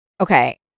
okay